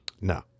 No